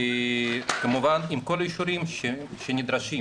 וכמובן עם כל האישורים הנדרשים.